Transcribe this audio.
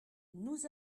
nous